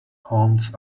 haunts